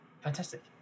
Fantastic